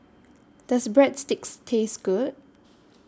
Does Breadsticks Taste Good